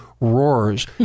roars